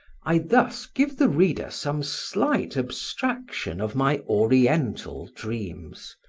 i thus give the reader some slight abstraction of my oriental dreams,